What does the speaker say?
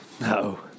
no